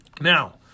Now